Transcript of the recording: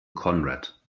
conrad